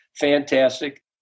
fantastic